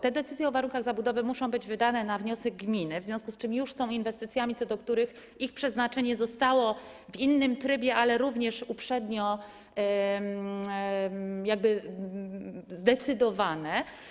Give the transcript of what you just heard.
Te decyzje o warunkach zabudowy muszą być wydane na wniosek gminy, w związku z czym już są inwestycjami, o których przeznaczeniu w innym trybie, ale również uprzednio, zadecydowano.